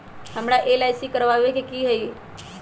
हमरा एल.आई.सी करवावे के हई कैसे होतई?